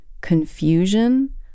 confusion